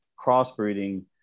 crossbreeding